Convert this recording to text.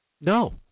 No